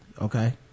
Okay